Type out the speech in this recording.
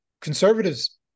conservatives